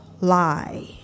Lie